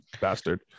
bastard